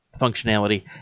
functionality